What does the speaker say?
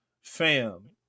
Fam